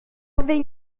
vegn